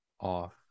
off